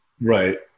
Right